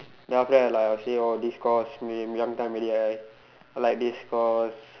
then after that like I will say orh this course young time already I like this course